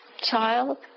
child